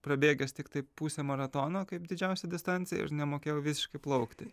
prabėgęs tiktai pusę maratono kaip didžiausią distanciją ir nemokėjau visiškai plaukti